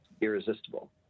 irresistible